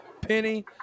Penny